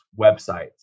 websites